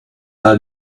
all